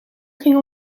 ging